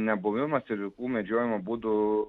nebuvimas ir vilkų medžiojimo būdų